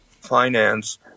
finance